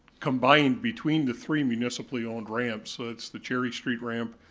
combined between the three municipally owned ramps, that's the cherry street ramp,